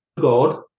God